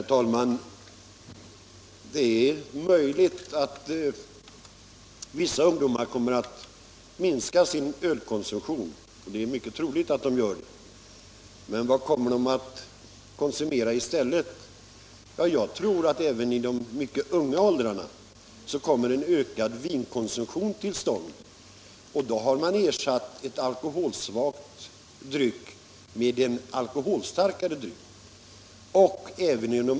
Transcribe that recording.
Herr talman! Det är möjligt och t.o.m. mycket troligt att vissa ungdomar kommer att minska sin ölkonsumtion. Men vad kommer de att konsumera i stället? Jag tror att det äver i de mycket unga åldrarna blir en ökad vinkonsumtion, och då har man ersatt en alkoholsvag dryck med en alkoholstarkare.